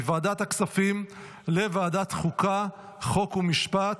מוועדת הכספים לוועדת החוקה, חוק ומשפט.